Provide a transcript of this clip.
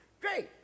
Great